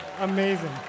Amazing